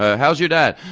ah how's your dad?